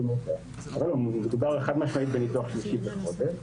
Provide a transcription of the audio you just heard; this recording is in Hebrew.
אבל לא, מדובר חד משמעית על ניתוח שלישי בחודש.